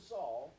Saul